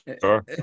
sure